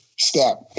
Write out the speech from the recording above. step